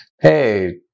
hey